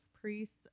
priests